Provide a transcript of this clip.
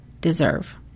deserve